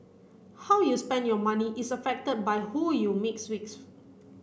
how you spend your money is affected by who you mix with